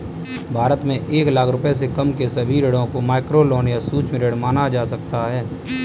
भारत में एक लाख रुपए से कम के सभी ऋणों को माइक्रोलोन या सूक्ष्म ऋण माना जा सकता है